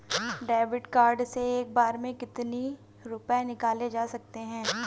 David card से एक बार में कितनी रूपए निकाले जा सकता है?